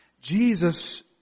Jesus